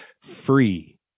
free